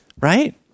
right